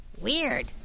weird